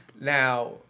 Now